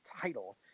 title